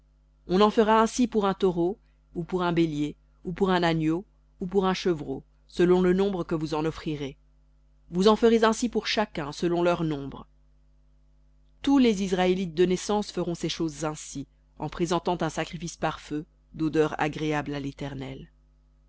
on en fera ainsi pour un taureau ou pour un bélier ou pour un agneau ou pour un chevreau selon le nombre que vous en offrirez vous en ferez ainsi pour chacun selon leur nombre tous les israélites de naissance feront ces choses ainsi en présentant un sacrifice par feu d'odeur agréable à l'éternel